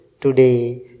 today